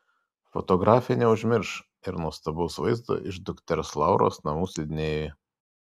fotografė neužmirš ir nuostabaus vaizdo iš dukters lauros namų sidnėjuje